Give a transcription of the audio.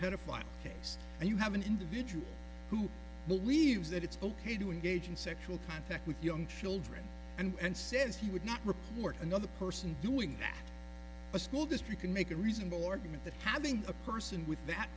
pedophile case you have an individual who believes that it's ok to engage in sexual contact with young children and since he would not report another person doing that a school district can make a reasonable argument that having a person with that